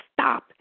stop